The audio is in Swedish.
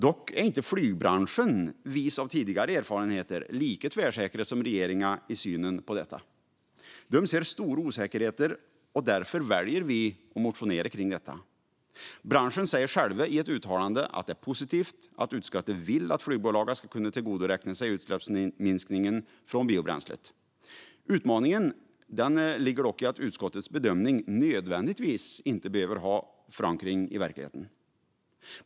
Dock är inte flygbranschen, vis av tidigare erfarenheter, lika tvärsäker som regeringen i synen på detta. Där ser man ser stora osäkerheter, och därför väljer vi att motionera om detta. Branschen säger själv i ett uttalande att det är positivt att utskottet vill att flygbolagen ska kunna tillgodoräkna sig utsläppsminskningen från biobränslet. Utmaningen ligger dock i att utskottets bedömning inte nödvändigtvis har förankring i verkligheten.